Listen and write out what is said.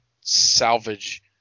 salvage